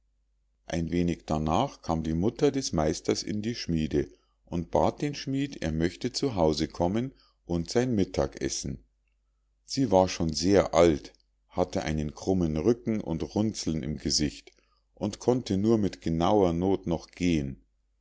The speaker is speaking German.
ein wenig darnach kam die mutter des meisters in die schmiede und bat den schmied er möchte zu hause kommen und sein mittag essen sie war schon sehr alt hatte einen krummen rücken und runzeln im gesicht und konnte nur mit genauer noth noch gehen